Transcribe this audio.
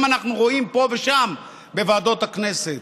אנחנו רואים פה ושם בוועדות הכנסת.